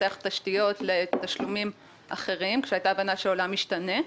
לפתח תשתיות לתשלומים אחרים כשהיתה הבנה כשהעולם משתנה.